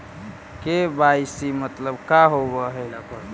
KYC मतलब का होव हइ?